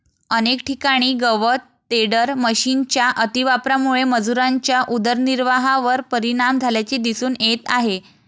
अनेक ठिकाणी गवत टेडर मशिनच्या अतिवापरामुळे मजुरांच्या उदरनिर्वाहावर परिणाम झाल्याचे दिसून येत आहे